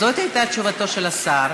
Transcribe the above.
זאת הייתה תשובתו של השר,